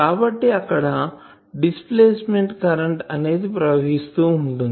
కాబట్టి అక్కడ displacement current అనేది ప్రవహిస్తూ ఉంటుంది